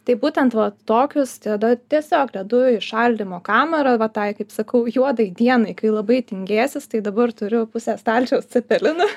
tai būtent vat tokius tada tiesiog dedu į šaldymo kamerą va tai kaip sakau juodai dienai kai labai tingėsis tai dabar turiu pusę stalčiaus cepelinų